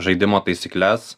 žaidimo taisykles